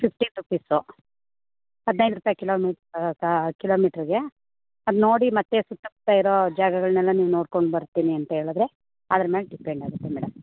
fifteen rupees ಹದಿನೈದು ರೂಪಾಯಿ kilometre ಕಿಲೋಮೀಟರ್ಗೆ ಅದು ನೋಡಿ ಮತ್ತೆ ಸುತ್ತಮುತ್ತ ಇರೋ ಜಾಗಗಳನ್ನೆಲ್ಲ ನೀವು ನೋಡ್ಕೊಂಡು ಬರ್ತೀನಿ ಅಂತ ಹೇಳದ್ರೆ ಅದ್ರ ಮ್ಯಾಗೆ ಡಿಪೆಂಡ್ ಆಗುತ್ತೆ ಮೇಡಮ್